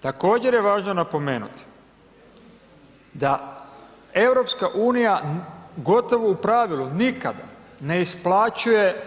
Također je važno napomenuti da EU gotovo u pravilu nikada ne isplaćuje